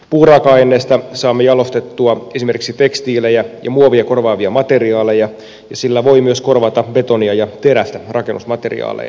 puuraaka aineesta saamme jalostettua esimerkiksi tekstiilejä ja muovia korvaavia materiaaleja ja sillä voi myös korvata betonia ja terästä rakennusmateriaaleina